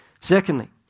Secondly